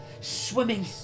swimming